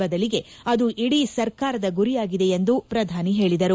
ಬದಲಿಗೆ ಅದು ಇಡೀ ಸರ್ಕಾರದ ಗುರಿಯಾಗಿದೆ ಎಂದು ಪ್ರಧಾನಿ ಹೇಳಿದರು